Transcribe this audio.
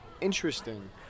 interesting